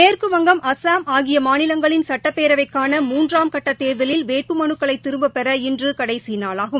மேற்குவங்கம் அஸ்ஸாம் ஆகியமாநிலங்களின் சட்டப்பேரவைக்கான மூன்றாம் கட்டதேர்தலில் வேட்புமனுக்களைதிரும்பப்பெற இன்றுகடைசிநாளாகும்